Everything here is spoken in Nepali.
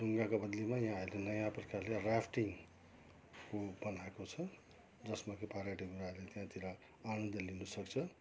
डुङ्गाको बदलीमा यहाँ अहिले नयाँ प्रकारले राफ्टिङको बनाएको छ जसमा कि पर्यटकहरू अहिले त्यहाँतिर आनन्द लिनु सक्छ